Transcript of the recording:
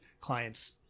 clients